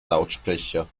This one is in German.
lautsprecher